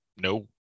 no